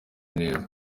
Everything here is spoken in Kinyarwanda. neza